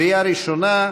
קריאה ראשונה.